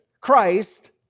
Christ